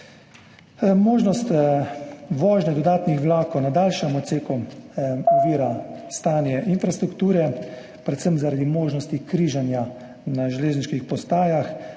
Možnost vožnje dodatnih vlakov na daljšem odseku ovira stanje infrastrukture, predvsem zaradi možnosti križanja na železniških postajah.